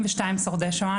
משרד החינוך מחרים.